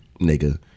nigga